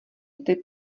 typ